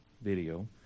video